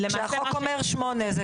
למעשה זה אומר שמונה.